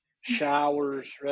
showers